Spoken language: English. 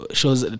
shows